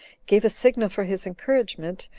gave a signal for his encouragement,